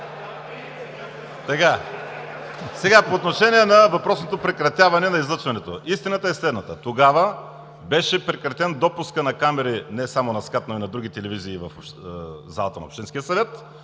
(Смях.) По отношение на въпросното прекратяване на излъчването, истината е следната. Тогава беше прекратен допускът на камери не само на СКАТ, но и на други телевизии в залата на общинския съвет,